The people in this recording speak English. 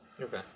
Okay